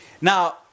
Now